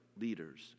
leaders